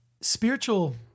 spiritual